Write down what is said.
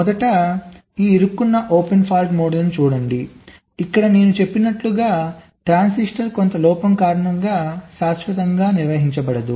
మొదట ఈ ఇరుక్కున్న ఓపెన్ ఫాల్ట్ మోడల్ను చూడండి ఇక్కడ నేను చెప్పినట్లుగా ట్రాన్సిస్టర్ కొంత లోపం కారణంగా శాశ్వతంగా నిర్వహించబడదు